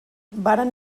varen